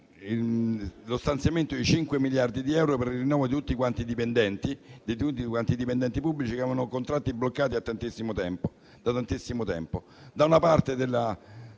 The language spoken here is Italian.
lo stanziamento di 5 miliardi di euro per il rinnovo dei contratti di tutti i dipendenti che avevano contratti bloccati da tantissimo tempo.